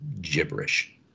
gibberish